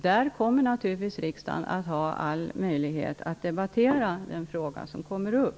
Där kommer naturligtvis riksdagen att ha all möjlighet att debattera den fråga som tas upp.